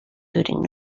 pudding